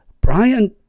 Brian